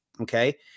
okay